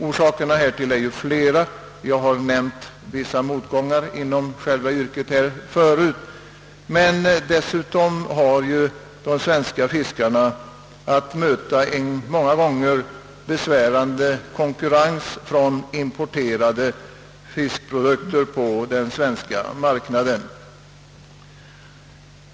Orsakerna härtill är ju flera. Jag har förut nämnt vissa motgångar inom själva yrket, men dessutom har ju de svenska fiskarna att möta en många gånger besvärande konkurrens på den svenska marknaden från importerade fiskprodukter.